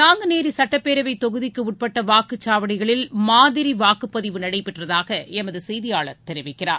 நாங்குநேரி சட்டச்பேரவை தொகுதிக்கு உட்பட்ட வாக்குச்சாவடிகளில் மாதிரி வாக்குப்பதிவு நடைபெற்றதாக எமது செய்தியாளர் தெரிவிக்கிறார்